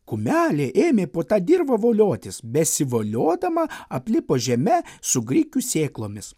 kumelė ėmė po tą dirvą voliotis besivoliodama aplipo žeme su grikių sėklomis